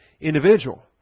individual